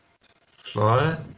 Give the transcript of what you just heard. Fly